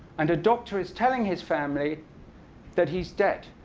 and a doctor is telling his family that he's dead,